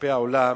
כלפי העולם,